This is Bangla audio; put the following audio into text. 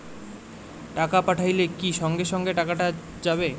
টাকা পাঠাইলে কি সঙ্গে সঙ্গে টাকাটা যাবে?